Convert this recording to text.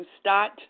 start